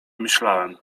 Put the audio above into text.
myślałem